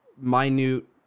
minute